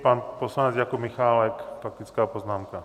Pan poslanec Jakub Michálek, faktická poznámka.